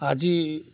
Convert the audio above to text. ଆଜି